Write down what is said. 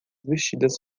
vestidas